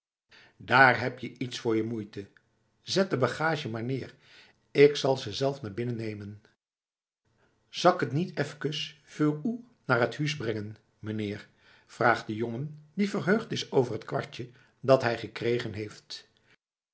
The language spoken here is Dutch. daar heb je iets voor je moeite zet die bagage maar neer k zal ze zelf mee naar binnen nemen zâ'k t niet efkes veur oe naar t huus brengen m'neer vraagt de jongen die verheugd is over het kwartje dat hij gekregen heeft